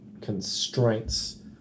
constraints